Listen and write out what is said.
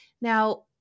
Now